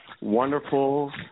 wonderful